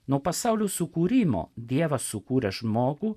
nuo pasaulio sukūrimo dievas sukūrė žmogų